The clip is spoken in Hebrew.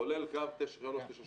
כולל קו 392,